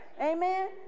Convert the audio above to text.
Amen